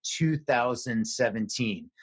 2017